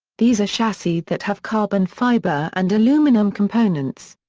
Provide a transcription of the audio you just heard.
these are chassis that have carbon fiber and aluminum components.